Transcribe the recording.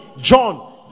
john